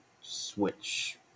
switch